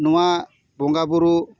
ᱱᱚᱣᱟ ᱵᱚᱸᱜᱟ ᱵᱳᱨᱳ